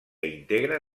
integra